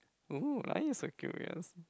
!whoa! why you so curious